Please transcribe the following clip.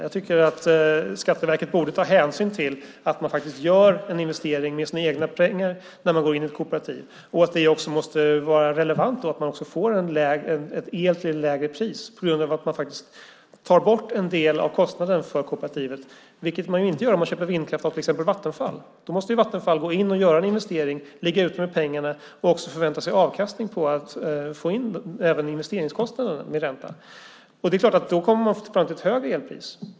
Jag tycker att Skatteverket borde ta hänsyn till att man gör en investering med sina egna pengar när man går in i ett kooperativ. Det måste vara relevant att man får el till lägre pris på grund av att man tar bort en del av kostnaden för kooperativet. Det gör man ju inte om man köper vindkraft av till exempel Vattenfall. Vattenfall måste ju göra en investering, ligga ute med pengarna och förvänta sig att få en avkastning så att de får in investeringskostnaderna med ränta. Då kommer man naturligtvis att få betala ett högre elpris.